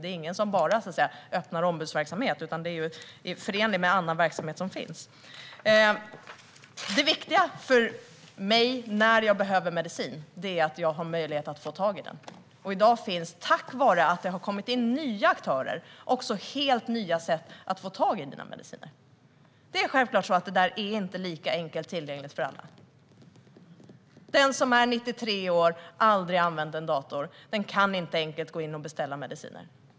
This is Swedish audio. Det är ingen som bara öppnar ombudsverksamhet, utan den sker i förening med annan verksamhet som finns. Det viktiga för mig när jag behöver medicin är att jag har möjlighet att få tag i den. Tack vare att nya aktörer har kommit in finns det i dag helt nya sätt att få tag i mediciner. Detta är självklart inte lika enkelt tillgängligt för alla. Den som är 93 år och aldrig har använt en dator kan inte enkelt gå in och beställa mediciner.